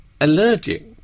allergic